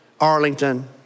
Arlington